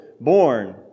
born